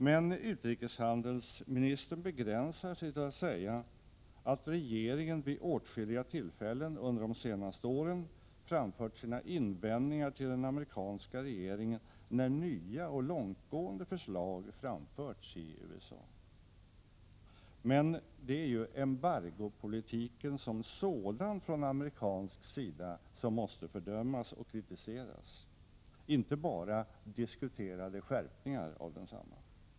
Men utrikeshandelsministern begränsar sig till att säga att regeringen vid åtskilliga tillfällen under de senaste åren framfört sina invändningar till den amerikanska regeringen när nya och långtgående förslag framförts i USA. Men det är ju den amerikanska embargopolitiken som sådan som måste kritiseras och fördömas, inte bara diskuterade skärpningar av densamma.